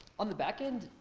on the backend,